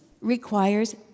requires